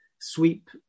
sweep